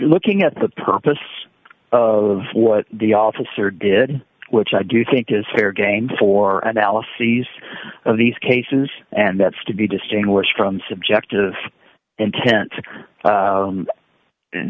looking at the purpose of what the officer did which i do think is fair game for analyses of these cases and that's to be distinguished from subjective inten